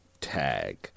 tag